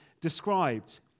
Described